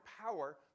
power